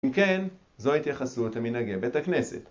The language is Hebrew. אם כן, זו התייחסות למנהגי בית הכנסת